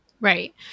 Right